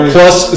Plus